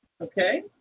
Okay